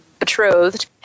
betrothed